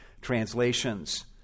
translations